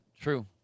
True